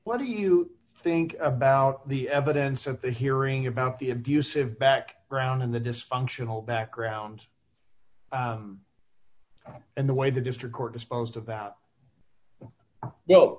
what do you think about the evidence at the hearing about the abusive back around in the dysfunctional background and the way the district court disposed about well